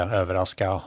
överraska